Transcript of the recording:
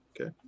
okay